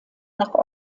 nach